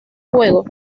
juego